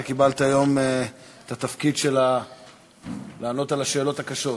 אתה קיבלת היום את התפקיד של לענות על השאלות הקשות.